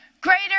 Greater